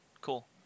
cool